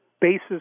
basis